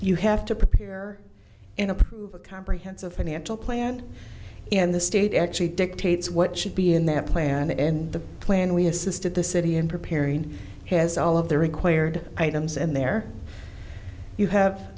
you have to prepare in approve a comprehensive financial plan and the state actually dictates what should be in that plan and the plan we assisted the city in preparing has all of the required items and there you have